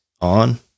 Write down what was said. on